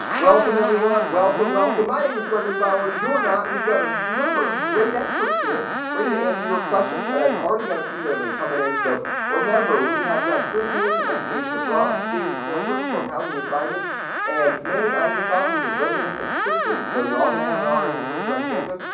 welcome everyone. welcome, welcome. my name is gregory bowers. you're not. we've got a number of great experts here ready to answer your questions and i've already got a few that have been coming in so remember we have got chris haynes from education abroad, david kloiber from housing assignments and manny isakov, who's a resident assistant. so you're all going to have an ra when you live here on campus.